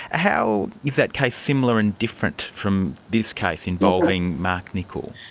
how is that case similar and different from this case involving mark nichol?